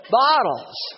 bottles